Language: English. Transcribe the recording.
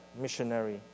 missionary